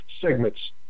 segments